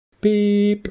Beep